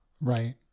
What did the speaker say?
Right